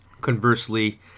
Conversely